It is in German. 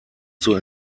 zur